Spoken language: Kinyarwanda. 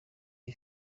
iyi